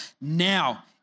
Now